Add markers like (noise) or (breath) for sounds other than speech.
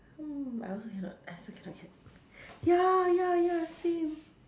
hmm I also cannot I also cannot cannot (breath) ya ya ya same